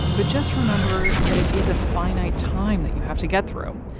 but just remember that it is a finite time that you have to get through.